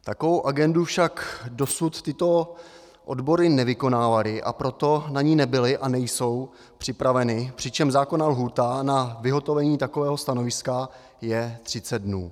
Takovou agendu však dosud tyto odbory nevykonávaly, a proto na ni nebyly a nejsou připraveny, přičemž zákonná lhůta na vyhotovení takového stanoviska je 30 dnů.